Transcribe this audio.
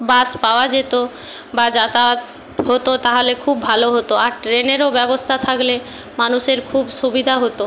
বাস পাওয়া যেত বা যাতায়াত হতো তাহলে খুব ভালো হতো আর ট্রেনেরও ব্যবস্থা থাকলে মানুষের খুব সুবিধা হতো